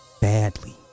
badly